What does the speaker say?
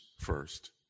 first